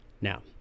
Now